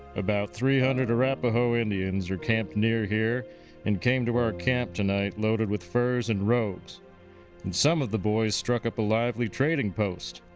about three hundred arapaho indians are camped near here and came to our camp tonight, loaded with furs and robes and some of the boys struck up a lively trading post.